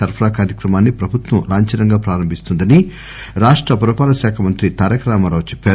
సరఫరా కార్యక్రమాన్ని ప్రభుత్వం లాంఛనంగా ప్రారంభిస్తుందని రాష్ట పురపాలక శాఖ మంత్రి తారకరామారావు చెప్పారు